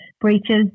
breaches